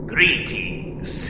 Greetings